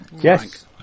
Yes